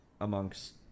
amongst